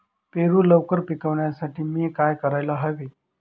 पेरू लवकर पिकवण्यासाठी मी काय करायला हवे?